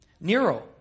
Nero